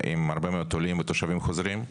עם הרבה מאוד עולים ותושבים חוזרים,